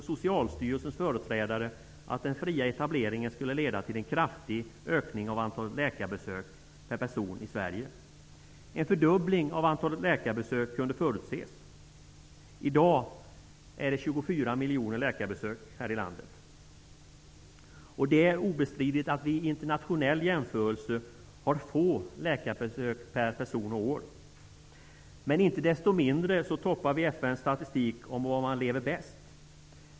Socialstyrelsens företrädare att den fria etableringen skulle leda till en kraftig ökning av antalet läkarbesök per person i Sverige. En fördubbling av antalet läkarbesök kunde förutses. I dag uppgår antalet läkarbesök till 24 miljoner här i landet. Det är obestridligt att vi i internationell jämförelse har få läkarbesök per person och år. Men inte desto mindre toppar vi FN:s statistik om var man lever bäst.